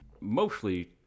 Mostly